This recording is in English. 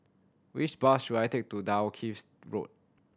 which bus should I take to Dalkeith Road